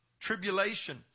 tribulation